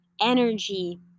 energy